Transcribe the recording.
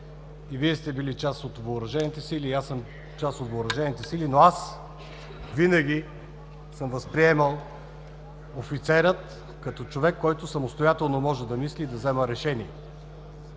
И Вие сте били част от въоръжените сили, и аз съм част от въоръжените сили, но аз винаги съм възприемал офицера като човек, който самостоятелно може да мисли и да взема решение,